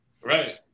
Right